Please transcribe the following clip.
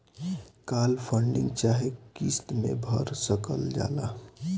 काल funding चाहे किस्त मे भर सकल जाला